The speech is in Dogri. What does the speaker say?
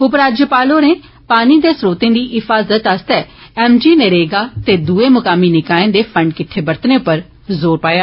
उप राज्यपाल होरे पानी दे स्रोतें दी हिफाजत आस्तै एम जी नरेगा ते दुए मुकामी निकाएं दे फंड किट्ठे बरतने पर जोर पाया